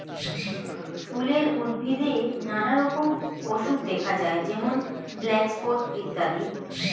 ফুলের উদ্ভিদে নানা রকম অসুখ দেখা যায় যেমন ব্ল্যাক স্পট ইত্যাদি